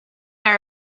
are